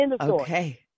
Okay